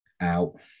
out